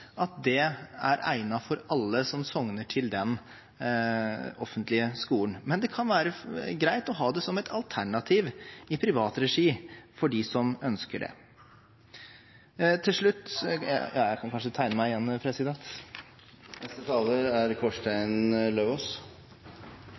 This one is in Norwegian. at det er egnet for alle som sogner til den offentlige skolen, men det kan være greit å ha det som et alternativ, i privat regi, for dem som ønsker det. Det var flere av innleggene fra venstresidens politikere i denne debatten som fikk meg til å be om ordet. For igjen